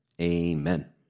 Amen